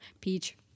Peach